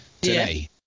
today